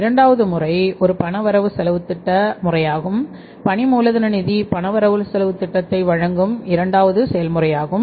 இரண்டாவது முறை ஒரு பண வரவு செலவுத் திட்ட முறையாகும் பணி மூலதன நிதி பண வரவு செலவுத் திட்டத்தை வழங்கும் இரண்டாவது முறையாகும்